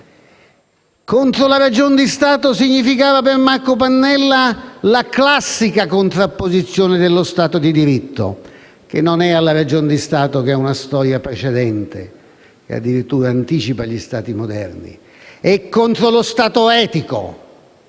«contro la ragione di Stato» significava per Marco Pannella la classica contrapposizione dello Stato di diritto non alla ragion di Stato, che ha una storia precedente e che addirittura anticipa gli Stati moderni, ma allo Stato etico.